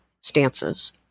stances